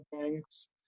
banks